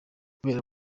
guhera